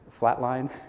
Flatline